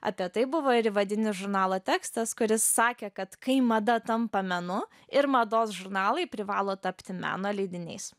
apie tai buvo ir įvadinis žurnalo tekstas kuris sakė kad kai mada tampa menu ir mados žurnalai privalo tapti meno leidiniais